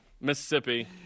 Mississippi